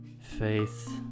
faith